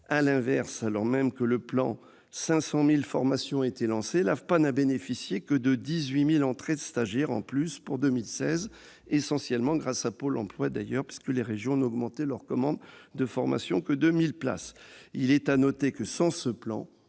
À l'inverse, alors même que le plan « 500 000 formations supplémentaires », a été lancé, l'AFPA n'a bénéficié que de 18 000 entrées de stagiaires en plus en 2016, essentiellement grâce à Pôle emploi d'ailleurs, puisque les régions n'ont augmenté leurs commandes de formation que de mille places. Il est à noter que, sans ce plan,